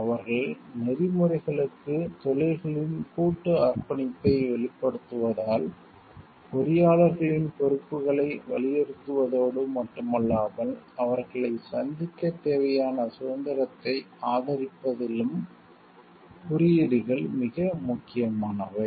அவர்கள் நெறிமுறைகளுக்குத் எதிக்ஸ் தொழில்களின் கூட்டு அர்ப்பணிப்பை வெளிப்படுத்துவதால் பொறியாளர்களின் பொறுப்புகளை வலியுறுத்துவதோடு மட்டுமல்லாமல் அவர்களைச் சந்திக்கத் தேவையான சுதந்திரத்தை ஆதரிப்பதிலும் குறியீடுகள் மிக முக்கியமானவை